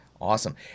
Awesome